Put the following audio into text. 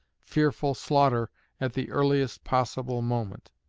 fearful slaughter at the earliest possible moment.